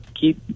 keep